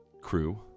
crew